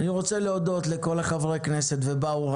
אני רוצה להודות לכל עשרות חברי הכנסת שבאו,